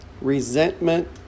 resentment